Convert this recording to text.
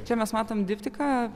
čia mes matom diptiką